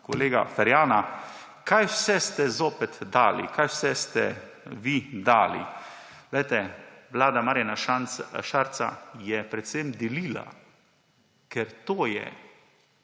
kolega Ferjana, kaj vse ste zopet dali, kaj vse ste vi dali. Vlada Marjana Šarca je predvsem delila, ker